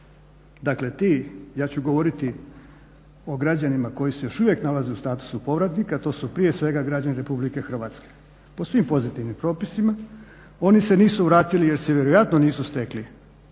Dakle ti, ja ću govoriti o građanima koji se još uvijek nalaze u statusu povratnika, to su prije svega građani Republike Hrvatske po svim pozitivnim propisima. Oni se nisu vratili jer se vjerojatno nisu stekli